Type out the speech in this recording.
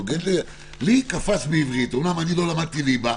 לי קפץ בעברית, אומנם לא למדתי ליבה,